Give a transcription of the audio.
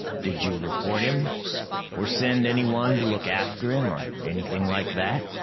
did you report him or send anyone to look after him or anything like that?